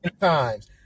times